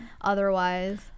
otherwise